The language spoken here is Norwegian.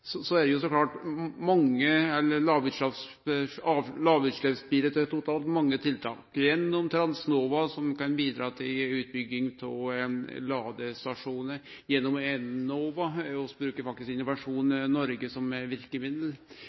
så klart mange lågutsleppsbilar til totalt mange tiltak, f.eks. gjennom Transnova, som kan bidra til utbygging av ladestasjonar, gjennom Enova – vi brukar faktisk Innovasjon Norge som